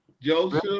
Joseph